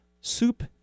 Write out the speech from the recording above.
soup